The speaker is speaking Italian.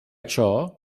ciò